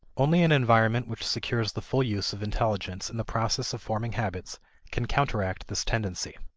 only an environment which secures the full use of intelligence in the process of forming habits can counteract this tendency.